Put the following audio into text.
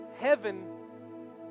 heaven